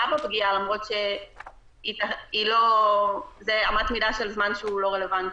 בפגיעה למרות שזו אמת מידה של זמן שהוא לא רלוונטי,